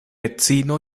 edzino